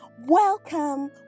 Welcome